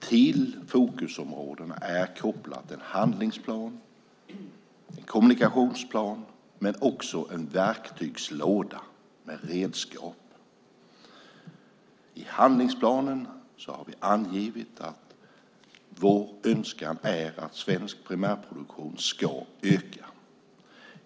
Till fokusområdena är kopplade en handlingsplan och en kommunikationsplan men också en verktygslåda med redskap. I handlingsplanen har vi angivit att vår önskan är att svensk primärproduktion ska öka.